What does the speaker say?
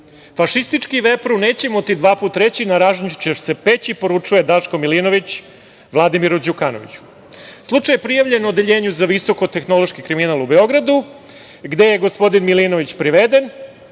„Fašistički vepru nećemo ti dva put reći, na ražnju ćeš se peći“, poručuje Daško Milinović Vladimiru Đukanoviću. Slučaj je prijavljen Odeljenju za visoko-tehnološki kriminal u Beogradu, gde je gospodin Milinović priveden,